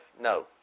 No